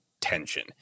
tension